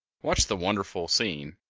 watched the wonderful scene,